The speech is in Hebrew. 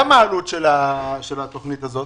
מה העלות של התוכנית הזאת?